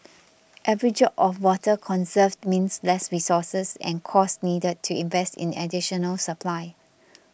every drop of water conserved means less resources and costs needed to invest in additional supply